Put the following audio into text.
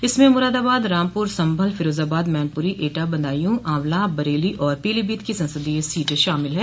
इसमें मुरादाबाद रामपुर संभल फिरोजाबाद मैनप्री एटा बदायू आंवला बरेली और पीलीभीत की संसदीय सीट शामिल है